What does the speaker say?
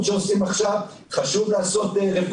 שער הנגב צמחה בעשור האחרון